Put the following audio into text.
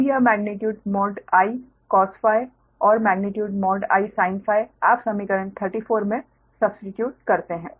अब यह magnitude I cos और मेग्नीट्यूड I sin आप समीकरण 34 में सब्स्टीट्यूट करते है